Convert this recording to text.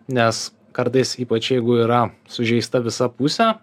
nes kartais ypač jeigu yra sužeista visa pusė